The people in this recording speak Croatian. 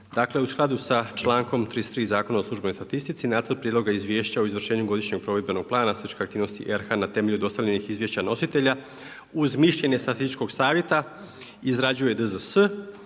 Dakle u skladu sa člankom 33 Zakona o službenoj statistici, nacrt prijedloga izvješća o izvršenju godišnjeg provedbenog plana statističke aktivnosti RH na temelju dostavljenih izvješća nositelja, uz mišljenja Statističkog savjeta izrađuje DZS,